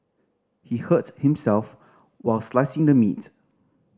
he hurt himself while slicing the meat